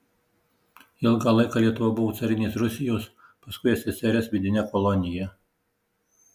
ilgą laiką lietuva buvo carinės rusijos paskui ssrs vidine kolonija